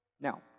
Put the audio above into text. Now